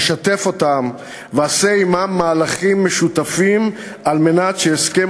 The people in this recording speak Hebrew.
שתף אותם ועשה עמם מהלכים משותפים על מנת שהסכם